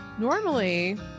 Normally